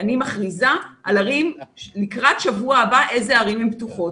אני מכריזה לקראת שבוע הבא איזה ערים הן פתוחות.